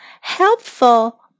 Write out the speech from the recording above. Helpful